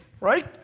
right